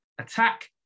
attack